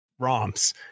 ROMs